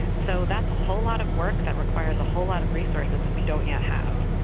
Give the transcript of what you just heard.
so that's a whole lot of work that requires a whole lot of resources that we don't yet have.